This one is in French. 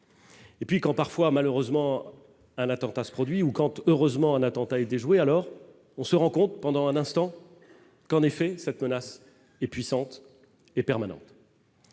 Et puis quand parfois malheureusement un attentat se produit ou Kant heureusement un attentat et déjoué, alors on se rend compte pendant un instant, qu'en effet, cette menace est puissante et permanente.